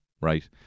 right